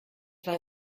war